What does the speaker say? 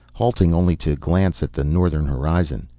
halting only to glance at the northern horizon.